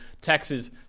Texas